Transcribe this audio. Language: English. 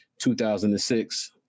2006